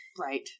Right